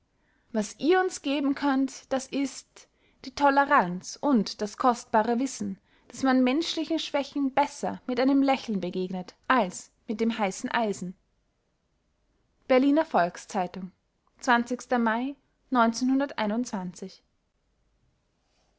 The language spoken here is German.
was ihr uns geben könnt das ist die toleranz und das kostbare wissen daß man menschlichen schwächen besser mit einem lächeln begegnet als mit dem heißen eisen berliner volks-zeitung mai